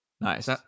Nice